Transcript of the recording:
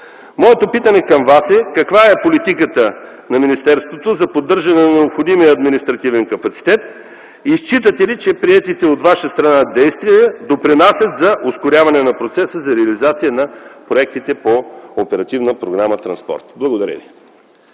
Моето питане към Вас е: каква е политиката на министерството за поддържане на необходимия административен капацитет и считате ли, че приетите от Ваша страна действия допринасят за ускоряване на процеса за реализация на проектите по Оперативна програма „Транспорт”? Благодаря Ви.